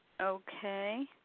Okay